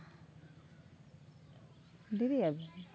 ᱰᱮᱨᱤᱜ ᱟᱵᱤᱱ